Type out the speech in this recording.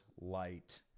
Light